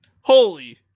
Holy